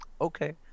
okay